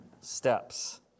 steps